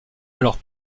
alors